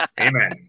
Amen